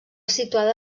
situada